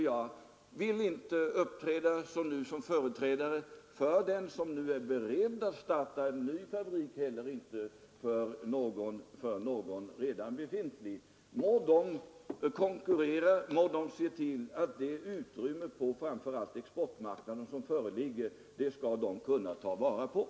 Jag vill inte i detta sammanhang agera som företrädare för den som nu eventuellt är beredd att starta en ny fabrik eller för någon redan befintlig fabrik. Må de konkurrera och ta till vara det utrymme som föreligger framför allt på exportmarknaden!